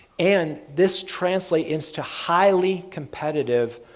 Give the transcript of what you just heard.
and this translate into highly competitive